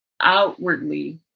outwardly